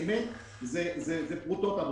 עבורי אלה פרוטות.